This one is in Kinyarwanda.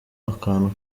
akantu